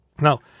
Now